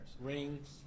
Rings